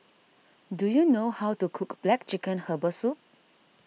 do you know how to cook Black Chicken Herbal Soup